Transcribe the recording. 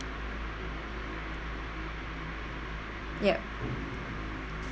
yup